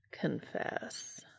Confess